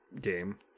game